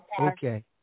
Okay